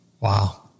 Wow